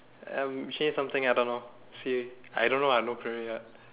um is actually something I don't know I don't know see I don't ah no career ah